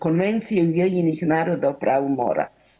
Konvencije UN-a o pravu mora.